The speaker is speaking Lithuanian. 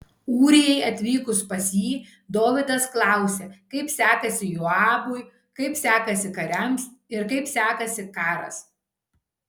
ūrijai atvykus pas jį dovydas klausė kaip sekasi joabui kaip sekasi kariams ir kaip sekasi karas